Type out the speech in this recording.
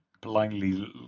blindly